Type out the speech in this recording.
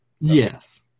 yes